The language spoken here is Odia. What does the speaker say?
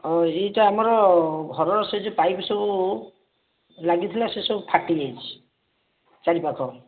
ଏଇଟା ଆମର ଘରର ସେ ଯୋଉ ପାଇପ୍ ସବୁ ଲାଗିଥିଲା ସେସବୁ ଫାଟି ଯାଇଛି ଚାରିପାଖ